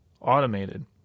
automated